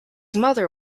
mother